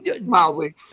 Mildly